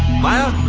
maya!